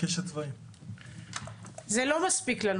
יו"ר ועדת ביטחון פנים: בסדר.